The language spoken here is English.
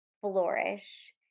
flourish